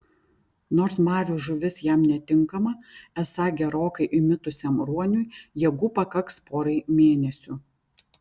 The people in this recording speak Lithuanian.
nors marių žuvis jam netinkama esą gerokai įmitusiam ruoniui jėgų pakaks porai mėnesių